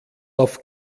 auf